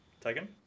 taken